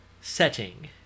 setting